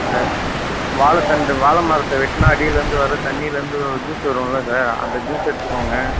இந்த வாழைத்தண்டு வாழை மரத்தை வெட்டினா அடிலேருந்து வர தண்ணிலேருந்து ஒரு ஜூஸ் வரும்ல சார் அந்த ஜூஸ் எடுத்துக்கோங்க